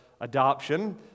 adoption